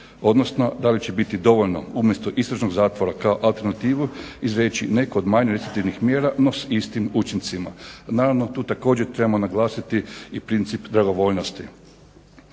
odnosno da li će biti dovoljno umjesto istražnog zatvora kao alternativu izreći neku od manjih recidivnih mjera no s istim učincima. Naravno, tu također trebamo naglasiti i princip dragovoljnosti